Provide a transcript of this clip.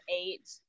eight